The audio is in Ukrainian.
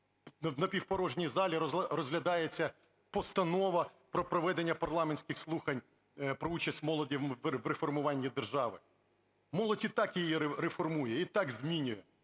напівпорожній залі розглядається Постанова про проведення парламентських слухань про участь молоді в реформування держави. Молодь і так її реформує, і так змінює